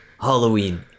Halloween